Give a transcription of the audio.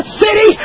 city